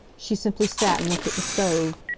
she simply sat and looked at the stove.